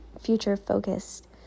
future-focused